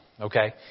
okay